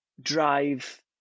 drive